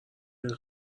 این